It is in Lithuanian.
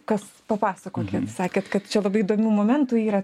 kas papasakokit sakėt kad čia labai įdomių momentų yra